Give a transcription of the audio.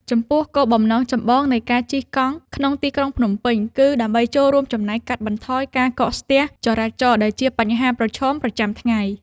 ចំពោះគោលបំណងចម្បងនៃការជិះកង់ក្នុងទីក្រុងភ្នំពេញ គឺដើម្បីចូលរួមចំណែកកាត់បន្ថយការកកស្ទះចរាចរណ៍ដែលជាបញ្ហាប្រឈមប្រចាំថ្ងៃ។